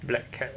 black cat